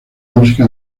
música